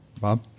Bob